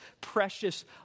precious